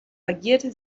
agierte